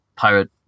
Pirate